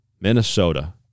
Minnesota